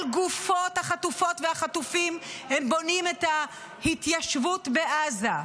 על גופות החטופות והחטופים הם בונים את ההתיישבות בעזה.